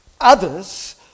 others